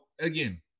again